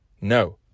No